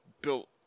built